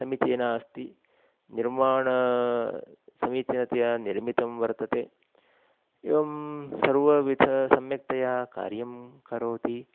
समीचीना अस्ति निर्माणं समीचीनतया निर्मितं वर्तते एवं सर्वविधं सम्यक्तया कार्यं करोति